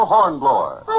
Hornblower